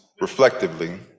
reflectively